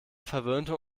verwöhnte